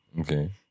Okay